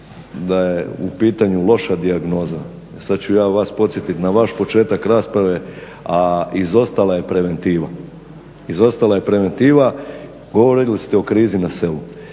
da je u pitanju loša dijagnoza. Sad ću ja vas podsjetiti na vaš početak rasprave, a izostala je preventiva. Izostala je preventiva, govorili ste o krizi na selu.